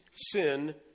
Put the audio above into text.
sin